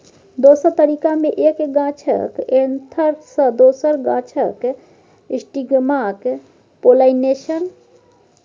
दोसर तरीका मे एक गाछक एन्थर सँ दोसर गाछक स्टिगमाक पोलाइनेशन